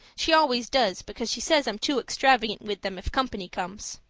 she always does, because she says i'm too extravagant with them if company comes.